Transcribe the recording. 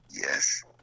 Yes